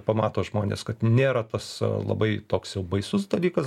pamato žmonės kad nėra tas labai toks jau baisus dalykas